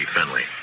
Finley